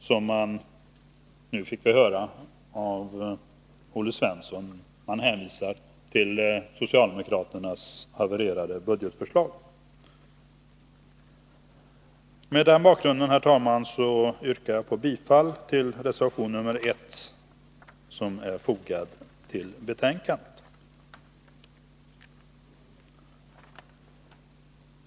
Vi fick nu av Olle Svensson höra att socialdemokraterna i det avseendet hänvisar till sitt havererade budgetförslag. Mot den bakgrunden yrkar jag, herr talman, bifall till den reservation av Bertil Fiskesjö m.fl. angående stödet till dagspressen som är fogad till betänkandet.